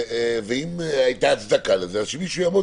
ואם הייתה לזה הצדקה אז שמישהו יעמוד